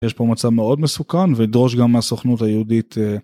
יש פה מצב מאוד מסוכן ודרוש גם מהסוכנות היהודית.